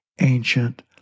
ancient